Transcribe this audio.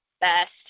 best